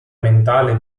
mentale